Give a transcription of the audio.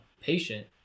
patient